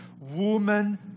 woman